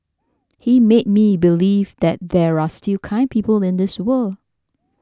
he made me believe that there are still kind people in this world